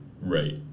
Right